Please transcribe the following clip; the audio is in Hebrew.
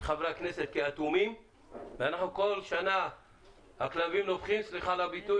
חברי הכנסת אטומים וכל שנה הכלבים נובחים סליחה על הביטוי